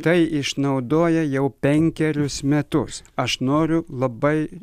tai išnaudoja jau penkerius metus aš noriu labai